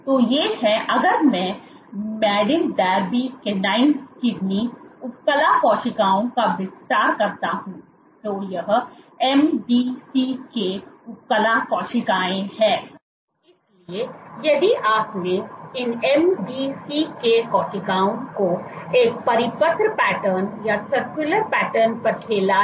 तो ये हैं अगर मैं Madin Darby canine kidney Madin Darby इसलिए यदि आपने इन MDCK कोशिकाओं को एक परिपत्र पैटर्न पर खेला है